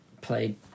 played